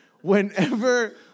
whenever